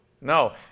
No